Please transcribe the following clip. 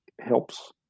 helps